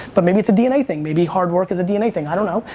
but, maybe it's a dna thing, maybe hardwork is a dna thing i don't know,